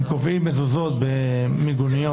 הם קובעים מזוזות במיגוניות.